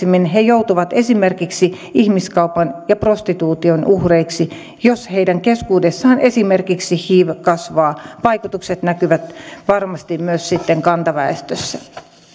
sitä todennäköisemmin he joutuvat esimerkiksi ihmiskaupan ja prostituution uhreiksi jos heidän keskuudessaan esimerkiksi hiv kasvaa vaikutukset näkyvät varmasti myös sitten kantaväestössä